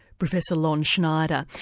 professor lon schneider.